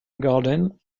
garden